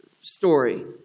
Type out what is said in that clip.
story